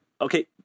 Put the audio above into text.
Okay